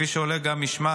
כפי שעולה גם משמה,